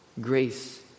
grace